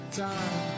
time